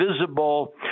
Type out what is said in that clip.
visible